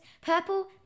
purple